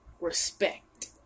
Respect